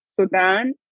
Sudan